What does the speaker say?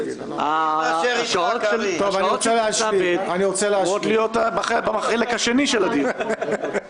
השעות של קבוצה ב' אמורות להיות בחלק השני של הדיון.